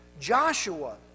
Joshua